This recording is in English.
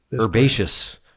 Herbaceous